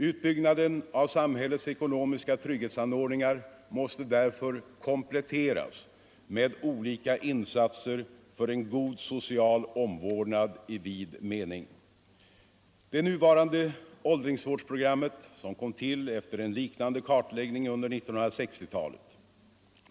Utbyggnaden av samhällets ekonomiska trygghetsanordningar måste därför kompletteras med olika insatser för en god social omvårdnad i vid mening. Det nuvarande åldringsvårdsprogrammet kom till efter en liknande kartläggning under 1960-talet.